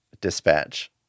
dispatch